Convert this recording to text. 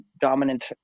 dominant